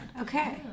Okay